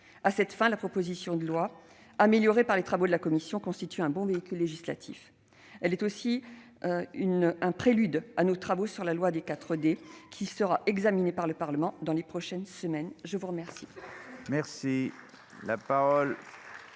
À cette fin, la proposition de loi, améliorée par les travaux de la commission, constitue un bon véhicule législatif. Elle est aussi un prélude à nos travaux sur le projet de loi 4D, qui sera examiné par le Parlement dans les prochaines semaines. La parole